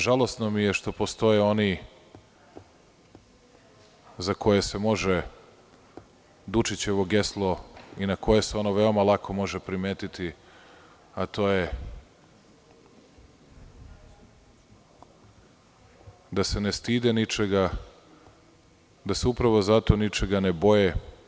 Žalosno mi je što postoje oni za koje se može Dučićevo geslo i na koje se ono veoma lako može primetiti, a to je „da se ne stide ničega, da se upravo zato ničega ne boje“